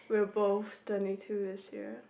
we are both twenty two this year